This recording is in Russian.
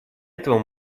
этого